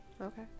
Okay